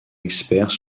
experts